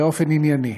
באופן ענייני.